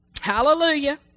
Hallelujah